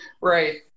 Right